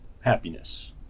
happiness